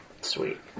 Sweet